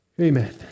Amen